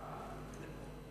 במשיחַי.